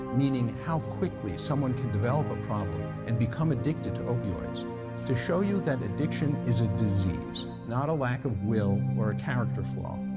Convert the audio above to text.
meaning how quickly someone can develop a problem and become addicted to opioids to show you that addiction is a disease, not a lack of will a character flaw.